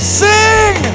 sing